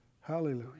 hallelujah